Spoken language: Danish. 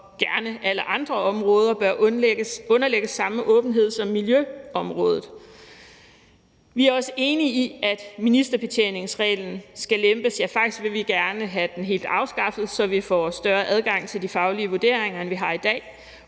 og gerne alle andre områder bør underlægges samme åbenhed som miljøområdet. Vi er også enige i, at ministerbetjeningsreglen skal lempes, ja, faktisk vil vi gerne have den helt afskaffet, så vi får større adgang til de faglige vurderinger, end vi har i dag,